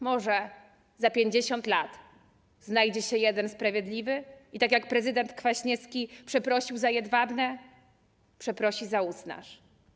Może za 50 lat znajdzie się jeden sprawiedliwy i, tak jak prezydent Kwaśniewski przeprosił za Jedwabne, przeprosi za Usnarz.